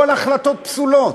כל ההחלטות פסולות.